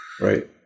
Right